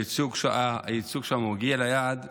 הייצוג שם הגיע ליעד.